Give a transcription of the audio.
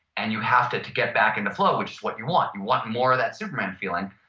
and you have to to get back in the flow which is what you want. you want more of that superman feeling.